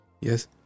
yes